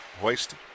hoist